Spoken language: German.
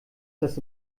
das